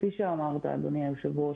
כפי שאמרת אדוני היושב-ראש,